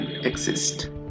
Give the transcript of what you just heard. exist